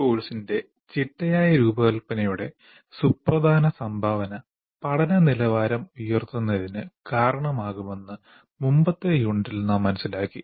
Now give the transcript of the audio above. ഒരു കോഴ്സിന്റെ ചിട്ടയായ രൂപകൽപ്പനയുടെ സുപ്രധാന സംഭാവന പഠന നിലവാരം ഉയർത്തുന്നതിന് കാരണമാകുമെന്ന് മുമ്പത്തെ യൂണിറ്റിൽ നാം മനസ്സിലാക്കി